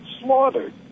slaughtered